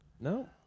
No